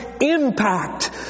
impact